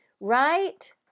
Right